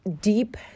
deep